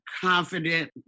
confident